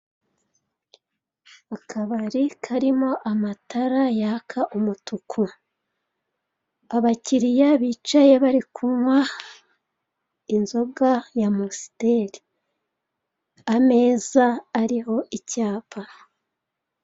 Akabari karimo amatara yaka umutuku, abakiliya bicaye bari kunywa inzoga ya amusiteri, ameza ariho icyapa.